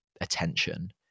attention